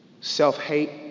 Self-hate